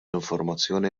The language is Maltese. informazzjoni